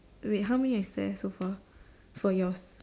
wait how many is there so far for yours